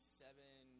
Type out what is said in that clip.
seven